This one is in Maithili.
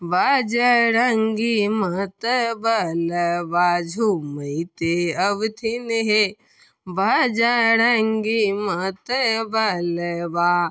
बजरङ्गी मतबलबा झुमैते अबथिन हे बजरङ्गी मतबलबा